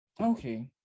okay